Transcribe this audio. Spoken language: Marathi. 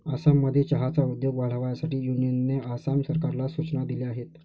आसाममध्ये चहाचा उद्योग वाढावा यासाठी युनियनने आसाम सरकारला सूचना दिल्या आहेत